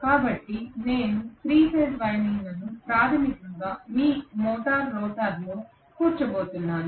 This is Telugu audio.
కాబట్టి నేను 3 ఫేజ్ వైండింగ్లను ప్రాథమికంగా మీ మోటారు రోటర్లో కూర్చోబోతున్నాను